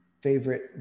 favorite